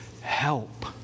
help